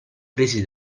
presi